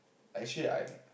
actually I'm